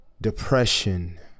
depression